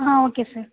ah okay sir